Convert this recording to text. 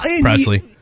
Presley